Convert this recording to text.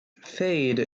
fade